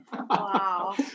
Wow